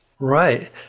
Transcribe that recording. Right